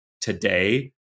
today